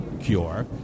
Cure